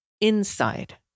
inside